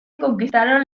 conquistaron